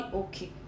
okay